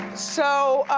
so,